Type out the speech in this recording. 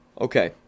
Okay